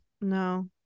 No